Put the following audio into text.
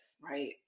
Right